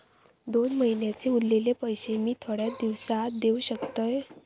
दोन महिन्यांचे उरलेले पैशे मी थोड्या दिवसा देव शकतय?